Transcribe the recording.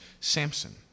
Samson